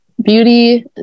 beauty